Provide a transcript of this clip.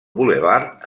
bulevard